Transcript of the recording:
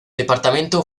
departamento